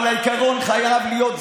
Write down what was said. אבל העיקרון חייב להיות זהה.